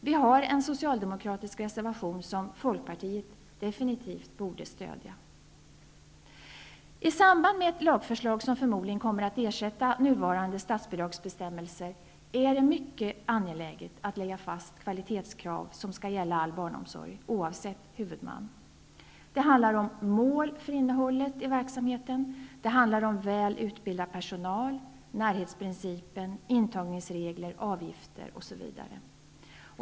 Vi socialdemokrater har en reservation som Folkpartiet definitivt borde stödja. I samband med ett lagförslag om bestämmelser som förmodligen kommer att ersätta nuvarande statsbidragsbestämmelser är det mycket angeläget att lägga fast kvalitetskrav som skall gälla all barnomsorg, oavsett huvudman. Det handlar om mål för innehållet i verksamheten. Det handlar om väl utbildad personal, närhetsprincipen, intagningsregler, avgifter osv.